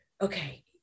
Okay